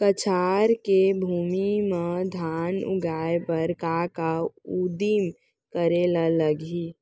कछार के भूमि मा धान उगाए बर का का उदिम करे ला लागही?